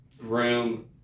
room